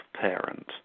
parent